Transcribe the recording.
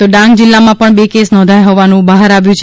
તો ડાંગ જિલ્લામાં પણ બે કેસ નોંધાયા હોવાનું બહાર આવ્યું છે